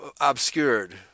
Obscured